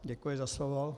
Děkuji za slovo.